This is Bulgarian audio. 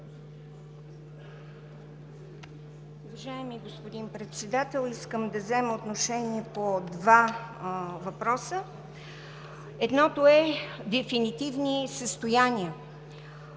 Уважаеми господин Председател! Искам да взема отношение по два въпроса. Едното е „дефинитивни състояния“.